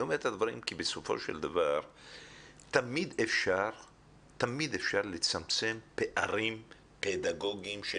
כי בסופו של דבר תמיד אפשר לצמצם פערים פדגוגיים שנמדדים.